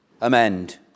amend